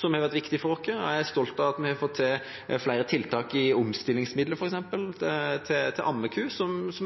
som har vært viktig for oss, og jeg er stolt av at vi har fått til flere tiltak knyttet til omstillingsmidler, f.eks. til ammeku, som også